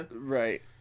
Right